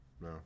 No